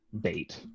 bait